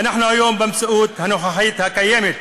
ואנחנו היום במציאות הנוכחית הקיימת.